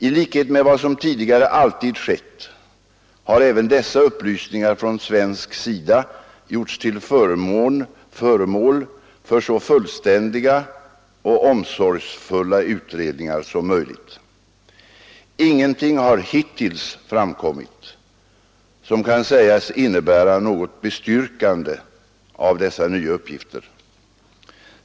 I likhet med vad som tidigare alltid skett, har även dessa upplysningar från svensk sida gjorts till föremål för så fullständiga och omsorgsfulla utredningar som möjligt. Ingenting har hittills framkommit som kan sägas innebära något bestyrkande av dessa nya uppgifter.